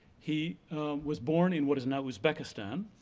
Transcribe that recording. he was born in what is now uzbekistan,